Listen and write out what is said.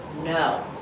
No